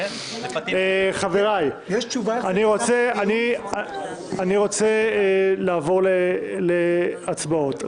חבריי, אני רוצה לעבור להצבעות.